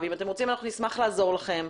ואם אתם רוצים אנחנו נשמח לעזור לכם,